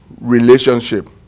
relationship